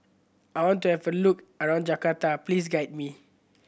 I want to have a look around Jakarta Please guide me